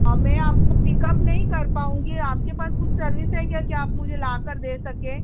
اور میں آپ کو پک اپ نہیں کر پاؤں گی آپ کے پاس کچھ سروس ہے کیا کہ آپ مجھے لا کر دے سکیں